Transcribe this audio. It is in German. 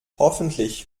hoffentlich